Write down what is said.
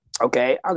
Okay